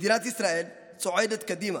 מדינת ישראל צועדת קדימה,